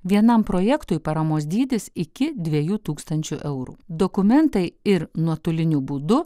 vienam projektui paramos dydis iki dvejų tūkstančių eurų dokumentai ir nuotoliniu būdu